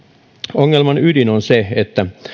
ongelman ydin on se että